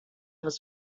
was